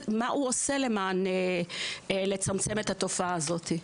מה הוא עושה כדי לצמצם את התופעה הזאת?